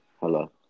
Hello